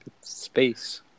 Space